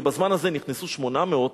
ובזמן הזה נכנסו 800,